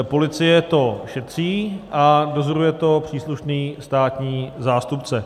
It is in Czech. Policie to šetří a dozoruje to příslušný státní zástupce.